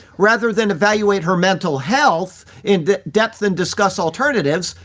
rather than evaluate her mental health in depth and discuss alternatives,